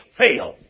fail